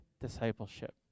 discipleship